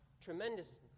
tremendous